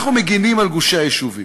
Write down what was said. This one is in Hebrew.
אנחנו מגינים על גושי היישובים.